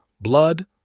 Blood